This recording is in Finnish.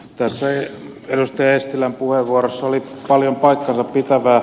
tässä edustaja eestilän puheenvuorossa oli paljon paikkansapitävää